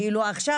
כאילו עכשיו,